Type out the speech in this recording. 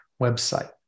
website